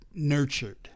nurtured